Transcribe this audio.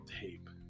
tape